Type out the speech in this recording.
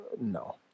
No